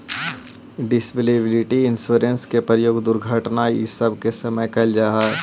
disability insurance के प्रयोग दुर्घटना इ सब के समय कैल जा हई